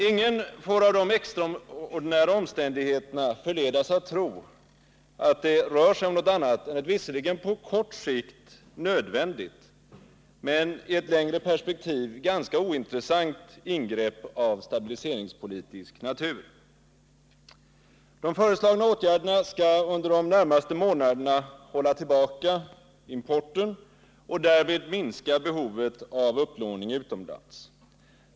Ingen får av de extraordinära omständigheterna förledas att tro, att det rör sig om något annat än ett visserligen på kort sikt nödvändigt, men i ett längre perspektiv ganska ointressant ingrepp av stabiliseringspolitisk natur. De föreslagna åtgärderna skall under de närmaste månaderna hålla tillbaka importen och därmed minska behovet av upplåning utomlands.